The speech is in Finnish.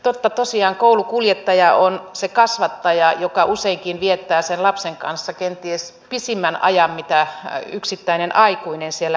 totta tosiaan koulukuljettaja on se kasvattaja joka useinkin viettää lapsen kanssa kenties pisimmän ajan mitä yksittäinen aikuinen siellä kouluyhteisössä